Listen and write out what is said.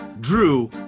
Drew